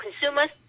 consumers